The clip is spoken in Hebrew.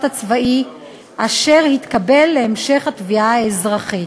הצבאי אשר התקבל להמשך התביעה האזרחית.